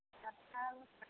कटहर